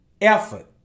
effort